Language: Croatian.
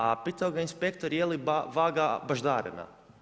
A pitao ga je inspektor je li vaga baždarena.